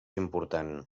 important